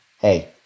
Hey